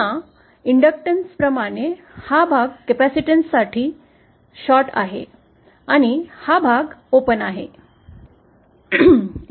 पुन्हा इंडक्टन्स प्रमाणे हा भाग कपॅसिटीन्ससाठी हा भाग आहे आणि हा भाग मोकळा आहे